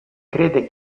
crede